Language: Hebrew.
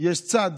ויש צד